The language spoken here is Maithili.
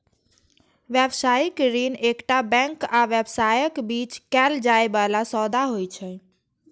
व्यावसायिक ऋण एकटा बैंक आ व्यवसायक बीच कैल जाइ बला सौदा होइ छै